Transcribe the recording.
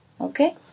Okay